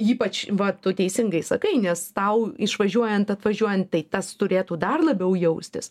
ypač va tu teisingai sakai nes tau išvažiuojant atvažiuojant tai tas turėtų dar labiau jaustis